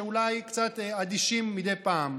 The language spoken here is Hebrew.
שאולי קצת אדישים מדי פעם.